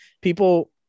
people